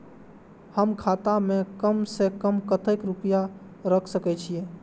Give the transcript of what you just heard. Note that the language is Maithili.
हम खाता में कम से कम कतेक रुपया रख सके छिए?